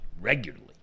regularly